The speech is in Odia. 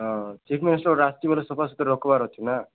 ହଁ ଚିଫ୍ ମିନିଷ୍ଟର ଆସିବ ବୋଲେ ସଫା ସୁତୁରା ରଖିବାର ଅଛି ନା